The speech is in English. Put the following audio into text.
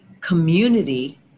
community